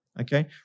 Okay